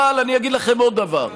אבל אני אגיד לכם עוד דבר,